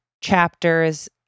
chapters